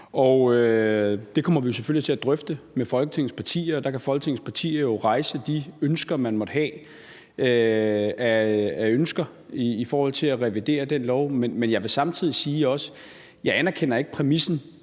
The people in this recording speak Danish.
Det kommer vi selvfølgelig til at drøfte med Folketingets partier, og der kan Folketingets partier jo komme med de ønsker, man måtte have i forhold til at revidere den lov. Men jeg vil samtidig også sige, at jeg af flere årsager